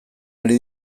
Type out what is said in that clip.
ari